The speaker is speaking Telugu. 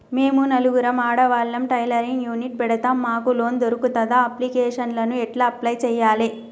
మేము నలుగురం ఆడవాళ్ళం టైలరింగ్ యూనిట్ పెడతం మాకు లోన్ దొర్కుతదా? అప్లికేషన్లను ఎట్ల అప్లయ్ చేయాలే?